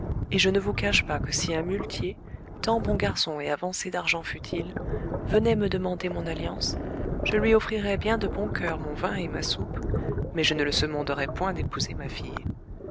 et je ne vous cache pas que si un muletier tant bon garçon et avancé d'argent fût-il venait me demander mon alliance je lui offrirais bien de bon coeur mon vin et ma soupe mais je ne le semonderais point d'épouser ma fille